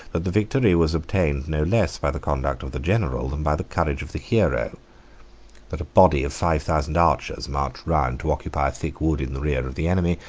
that the victory was obtained no less by the conduct of the general than by the courage of the hero that a body of five thousand archers marched round to occupy a thick wood in the rear of the enemy,